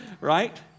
right